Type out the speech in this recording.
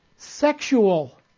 Sexual